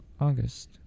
August